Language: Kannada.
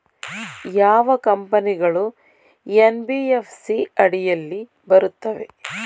ಯಾವ ಕಂಪನಿಗಳು ಎನ್.ಬಿ.ಎಫ್.ಸಿ ಅಡಿಯಲ್ಲಿ ಬರುತ್ತವೆ?